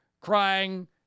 crying